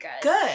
good